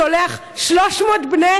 שולח 300 בני